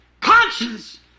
conscience